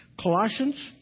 Colossians